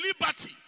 liberty